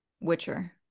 Witcher